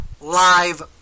live